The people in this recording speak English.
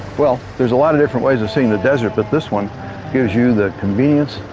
well, there's a lot of different ways of seeing the desert, but this one gives you the convenience,